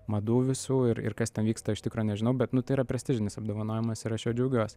madų visų ir ir kas ten vyksta iš tikro nežinau bet nu tai yra prestižinis apdovanojimas ir aš juo džiugiuos